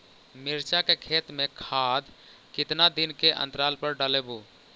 मिरचा के खेत मे खाद कितना दीन के अनतराल पर डालेबु?